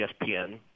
ESPN